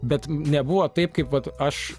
bet nebuvo taip kaip vat aš